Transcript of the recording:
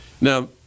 Now